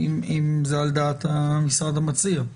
האם זה על דעת המשרד המציע?